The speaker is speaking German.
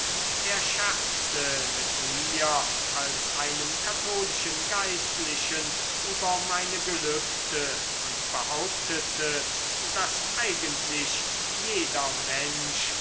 er scherzte mit mir als einem katholischen geistlichen über meine gelübde und behauptete daß eigentlich jeder mensch